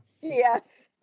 Yes